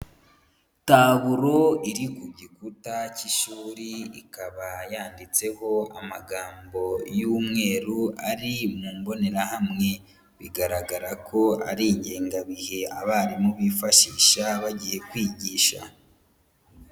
Taburo iri ku gikuta cy'ishuri ikaba yanditseho amagambo y'umweru ari mu mbonerahamwe, bigaragara ko ari ingengabihe abarimu bifashisha bagiye kwigisha.